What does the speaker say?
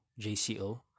jco